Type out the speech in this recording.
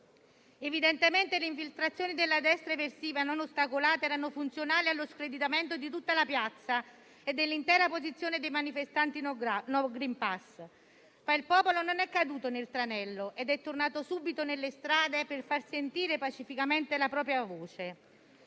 Evidentemente le infiltrazioni della destra eversiva non ostacolate erano funzionali allo screditamento di tutta la piazza e dell'intera posizione dei manifestanti no *green pass*, ma il popolo non è caduto nel tranello ed è tornato subito nelle strade per far sentire pacificamente la propria voce.